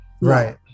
Right